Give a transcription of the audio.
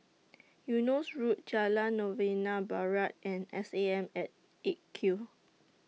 Eunos Road Jalan Novena Barat and S A M At eight Q